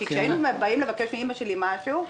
כי כשהיינו באים לבקש מאימא שלי משהו,